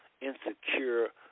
insecure